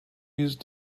used